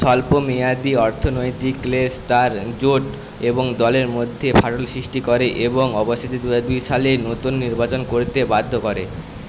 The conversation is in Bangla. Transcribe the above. স্বল্পমেয়াদী অর্থনৈতিক ক্লেশ তার জোট এবং দলের মধ্যে ফাটল সৃষ্টি করে এবং অবশেষে দু হাজার দুই সালে নতুন নির্বাচন করতে বাধ্য করে